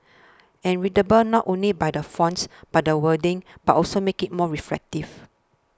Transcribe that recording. and readable not only by the fonts by the wordings but also make it more reflective